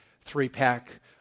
three-pack